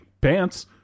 pants